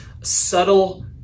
subtle